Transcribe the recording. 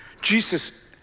Jesus